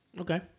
Okay